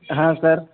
ہاں سر